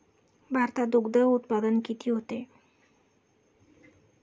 भारतात दुग्धउत्पादन किती होते?